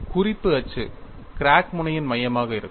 குறிப்பு அச்சு கிராக் முனையின் மையமாக இருக்கும்